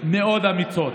מאוד אמיצות,